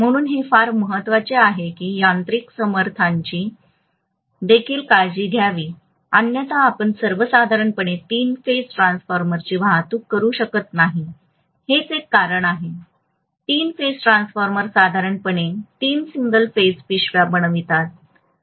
म्हणून हे फार महत्वाचे आहे की यांत्रिक सामर्थ्याची देखील काळजी घ्यावी अन्यथा आपण साधारणपणे तीन फेज ट्रान्सफॉर्मरची वाहतूक करू शकत नाही हेच एक कारण आहे तीन फेज ट्रान्सफॉर्मर साधारणपणे तीन सिंगल फेज पिशव्या बनवतात